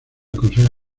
consejo